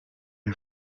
est